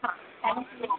हाँ thank you